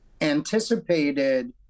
anticipated